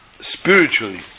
spiritually